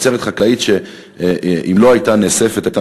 תוצרת חקלאית שאם לא הייתה נאספת הייתה